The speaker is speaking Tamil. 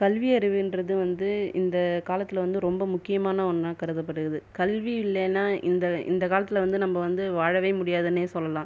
கல்வியறிவுன்றது வந்து இந்த காலத்தில் வந்து ரொம்ப முக்கியமான ஒன்றா கருதப்படுகிறது கல்வி இல்லைனா இந்த இந்த காலத்தில் வந்து நம்ம வந்து வாழவே முடியாதுனே சொல்லலாம்